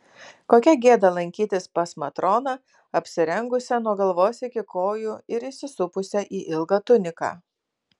kokia gėda lankytis pas matroną apsirengusią nuo galvos iki kojų ir įsisupusią į ilgą tuniką